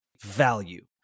value